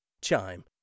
Chime